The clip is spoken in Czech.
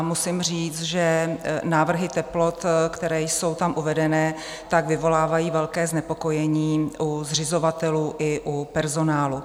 Musím říct, že návrhy teplot, které jsou tam uvedené, vyvolávají velké znepokojení u zřizovatelů i u personálu.